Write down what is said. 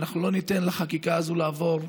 ואנחנו לא ניתן לחקיקה הזאת לעבור.